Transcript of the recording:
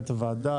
מנהלת הוועדה,